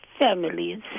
families